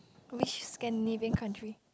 which Scandinavian country